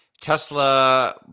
Tesla